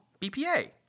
BPA